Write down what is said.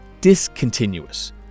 discontinuous